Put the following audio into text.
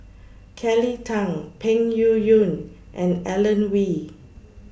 Kelly Tang Peng Yuyun and Alan Oei